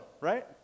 right